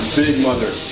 big mother